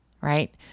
right